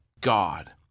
God